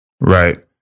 Right